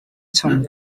tom